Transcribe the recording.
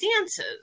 dances